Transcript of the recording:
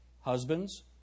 Husbands